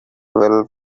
well